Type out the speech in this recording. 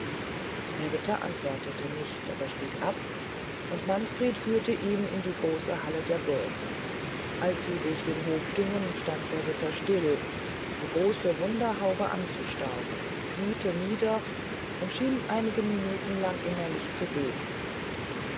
der ritter antwortete nicht aber stieg ab und manfred führte ihn in die große halle der burg als sie durch den hof gingen stand der ritter still die große wunderhaube anzustaunen kniete nieder und schien einige minuten lang innerlich zu beten